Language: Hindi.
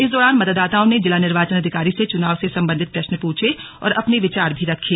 इस दौरान मतदाताओं ने जिला निर्वाचन अधिकारी से चुनाव से संबंधित प्रश्न पूछे और अपने विचार भी रखे